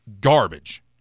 garbage